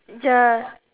ya